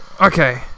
Okay